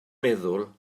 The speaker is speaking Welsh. meddwl